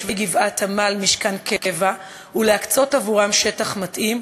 גבעת-עמל משכן קבע ולהקצות עבורם שטח מתאים,